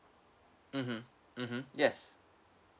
mmhmm mmhmm yes